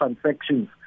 transactions